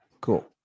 Cool